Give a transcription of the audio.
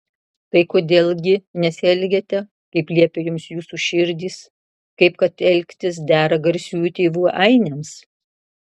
tai kodėl gi nesielgiate kaip liepia jums jūsų širdys kaip kad elgtis dera garsiųjų tėvų ainiams